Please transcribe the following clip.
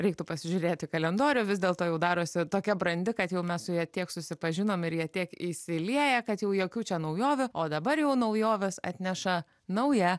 reiktų pasižiūrėt į kalendorių vis dėlto jau darosi tokia brandi kad jau mes su ja tiek susipažinom ir į ją tiek įsilieję kad jau jokių čia naujovių o dabar jau naujoves atneša nauja